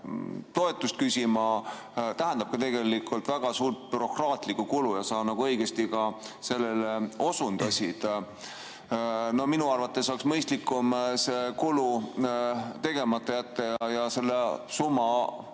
toetust küsima tähendab ka tegelikult väga suurt bürokraatlikku kulu ja sellele sa õigesti ka osundasid. Minu arvates oleks mõistlikum see kulu tegemata jätta ja selle summaga